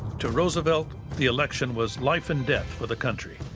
to roosevelt, the election was life and death for the country.